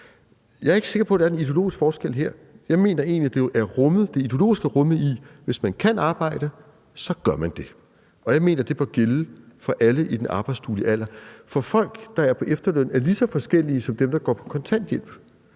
Jeg er ikke sikker på, at der er en ideologisk forskel her. Jeg mener egentlig, at det ideologiske er rummet i det med, at hvis man kan arbejde, gør man det, og jeg mener, det bør gælde for alle i den arbejdsduelige alder. For folk, der er på efterløn, er lige så forskellige som dem, der går på kontanthjælp,